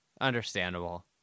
understandable